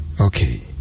Okay